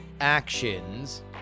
actions